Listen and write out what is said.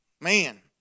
Man